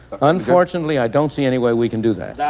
unfortunately i don't see any way we can do that.